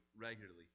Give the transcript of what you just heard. regularly